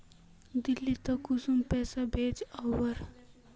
दिल्ली त कुंसम पैसा भेज ओवर?